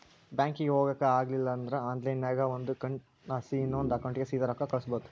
ಬ್ಯಾಂಕಿಗೆ ಹೊಗಾಕ ಆಗಲಿಲ್ದ್ರ ಆನ್ಲೈನ್ನಾಗ ಒಂದು ಅಕೌಂಟ್ಲಾಸಿ ಇನವಂದ್ ಅಕೌಂಟಿಗೆ ಸೀದಾ ರೊಕ್ಕ ಕಳಿಸ್ಬೋದು